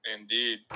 Indeed